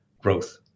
growth